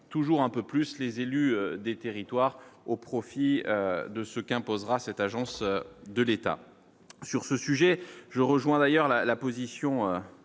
toujours un peu plus les élus des territoires au profit de ce qu'imposera cette agence de l'État sur ce sujet, je rejoins d'ailleurs la : la position